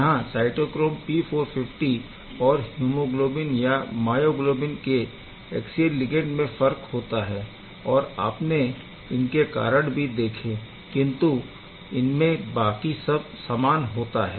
यहाँ cytochrome P450 और haemoglobin या मायोग्लोबिन के ऐक्सियल लिगैण्ड में फर्क होता है और आपने इसके कारण भी देखें किंतु इनमें बाकी सब समान होती है